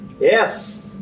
yes